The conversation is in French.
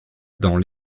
dans